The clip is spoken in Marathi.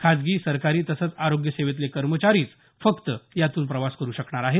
खाजगी सरकारी तसंच आरोग्य सेवेतले कर्मचारीच फक्त यातून प्रवास करु शकणार आहेत